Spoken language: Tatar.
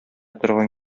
торган